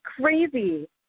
crazy